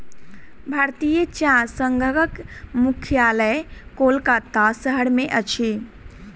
भारतीय चाह संघक मुख्यालय कोलकाता शहर में अछि